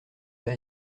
vais